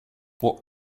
what